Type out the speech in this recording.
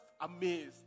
amazed